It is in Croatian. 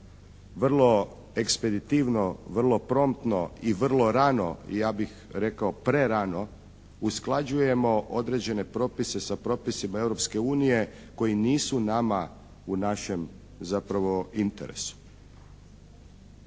vrlo ekspeditivno, vrlo promptno i vrlo rano, ja bih rekao prerano usklađujemo određene propise sa propisima Europske unije koji nisu nama u našem zapravo interesu.